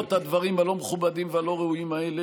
למרות הדברים הלא-מכובדים והלא-ראויים האלה,